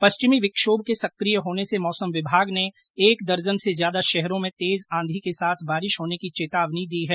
पश्चिमी विक्षोभ के सक्रिय होने से मौसम विभाग ने एक दर्जन से ज्यादा शहरों में तेज आधी के साथ बारिश होने की चेतावनी दी है